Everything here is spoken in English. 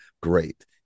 great